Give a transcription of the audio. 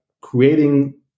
creating